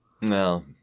No